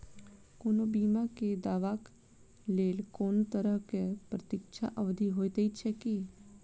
कोनो बीमा केँ दावाक लेल कोनों तरहक प्रतीक्षा अवधि होइत छैक की?